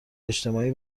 اجتماعی